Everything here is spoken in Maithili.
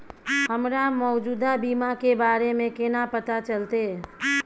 हमरा मौजूदा बीमा के बारे में केना पता चलते?